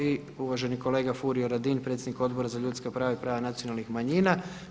I uvaženi kolega Furio Radin, predsjednik Odbora za ljudska prava i prava nacionalnih manjina.